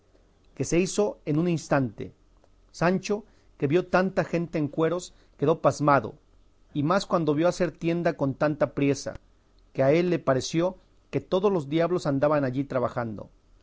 que se hizo en un instante sancho que vio tanta gente en cueros quedó pasmado y más cuando vio hacer tienda con tanta priesa que a él le pareció que todos los diablos andaban allí trabajando